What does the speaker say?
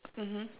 mmhmm